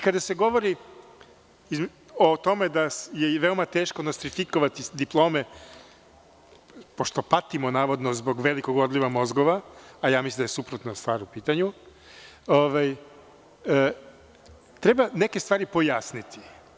Kada se govori o tome da je veoma teško nostrifikovati diplome pošto patimo navodno zbog velikog odlikova mozgova, a ja mislim da je suprotna stvar u pitanju, treba neke stvari pojasniti.